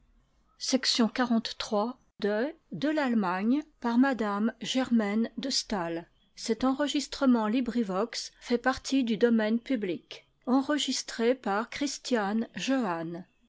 de m de